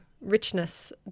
richness